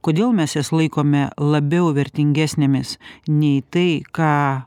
kodėl mes jas laikome labiau vertingesnėmis nei tai ką